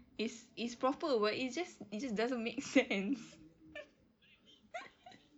it's it's proper but it just it just doesn't make sense